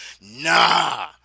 Nah